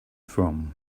from